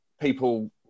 people